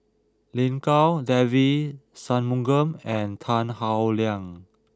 Lin Gao Devagi Sanmugam and Tan Howe Liang